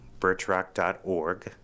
birchrock.org